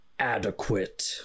Adequate